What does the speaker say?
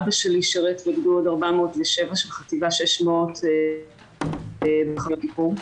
אבא שלי שירת בגדוד 407 של חטיבת 600 במלחמת יום כיפור.